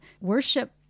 worship